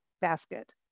basket